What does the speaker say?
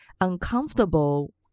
uncomfortable